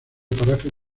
parajes